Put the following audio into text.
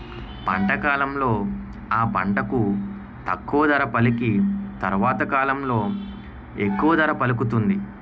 పంట కాలంలో ఆ పంటకు తక్కువ ధర పలికి తరవాత కాలంలో ఎక్కువ ధర పలుకుతుంది